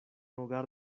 hogar